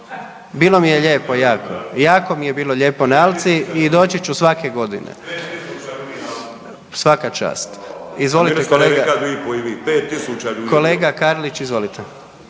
Bilo mi je lijepo jako, jako mi je bilo lijepo na Alci i doći ću svake godine. …/Upadica iz klupe se ne